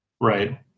right